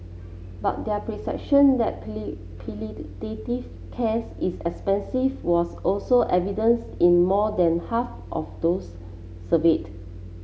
but their perception that palliative cares is expensive was also evidence in more than half of those surveyed